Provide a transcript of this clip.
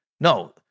no